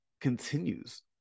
continues